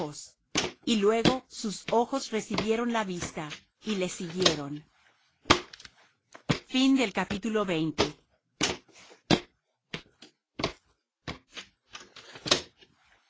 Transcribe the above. y luego sus ojos recibieron la vista y le siguieron y